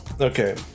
Okay